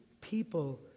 people